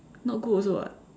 not good also [what]